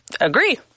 Agree